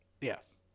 Yes